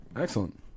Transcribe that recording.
excellent